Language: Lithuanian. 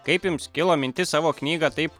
kaip jums kilo mintis savo knygą taip